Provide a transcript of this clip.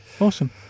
Awesome